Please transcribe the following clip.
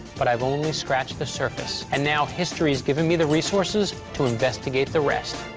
but i've only scratched the surface. and now history has given me the resources to investigate the rest.